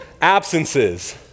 absences